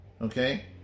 Okay